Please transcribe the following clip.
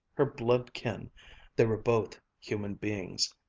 her blood-kin they were both human beings.